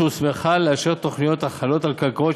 שהוסמכה לאשר תוכניות החלות על קרקעות